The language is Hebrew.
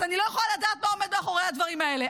אז אני לא יכולה לדעת מה עומד מאחורי הדברים האלה.